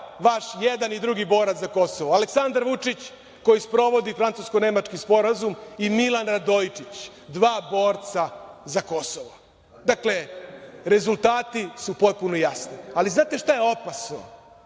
vaš jedan i drugi borac za Kosovo - Aleksandar Vučić koji sprovodi francusko-nemački sporazum i Milan Radojičić, dva borca za Kosovo. Dakle, rezultati su potpuno jasni, ali znate li šta je opasno?